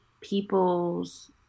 people's